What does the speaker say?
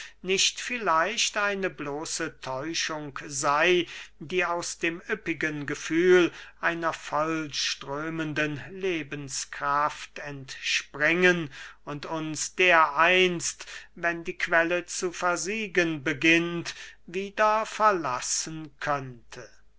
nicht vielleicht eine bloße täuschung sey die aus dem üppigen gefühl einer vollströmenden lebenskraft entspringen und uns dereinst wenn die quelle zu versiegen beginnt wieder verlassen könnte